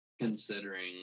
considering